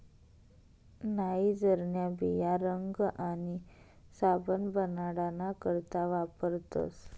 नाइजरन्या बिया रंग आणि साबण बनाडाना करता वापरतस